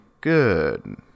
good